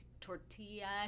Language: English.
tortilla